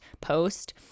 post